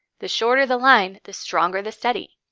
the shorter the line, the stronger the study.